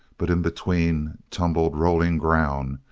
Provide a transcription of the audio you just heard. but in between tumbled rolling ground,